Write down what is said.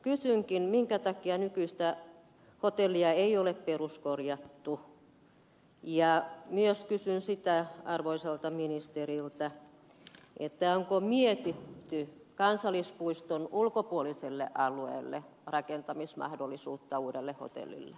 kysynkin minkä takia nykyistä hotellia ei ole peruskorjattu ja myös kysyn sitä arvoisalta ministeriltä onko mietitty kansallispuiston ulkopuoliselle alueelle rakentamismahdollisuutta uudelle hotellille